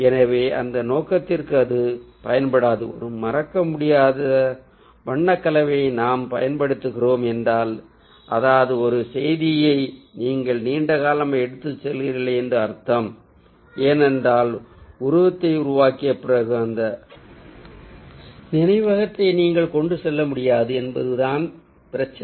எனவே அந்த நோக்கத்திற்கு அது பயன்படாது ஒரு மறக்க முடியாத வண்ணக்கலவையை நாம் பயன்படுத்துகிறோம் என்றால் அதாவது அந்த செய்தியை நீங்கள் நீண்ட காலமாக எடுத்துச் செல்கிறீர்கள் என்று அர்த்தம் ஏனென்றால் உருவத்தை உருவாக்கிய பிறகு அந்த நினைவகத்தை நீங்கள் கொண்டு செல்ல முடியாது என்பதுதான் பிரச்சினை